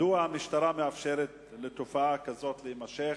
1. מדוע המשטרה מאפשרת לתופעה כזאת להימשך?